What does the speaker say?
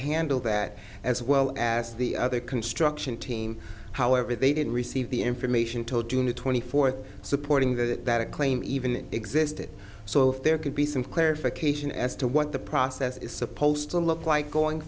handle that as well as the other construction team however they did receive the information told june twenty fourth supporting that that claim even existed so there could be some clarification as to what the process is supposed to look like going